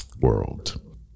world